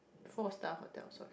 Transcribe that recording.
four star hotel sorry